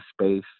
space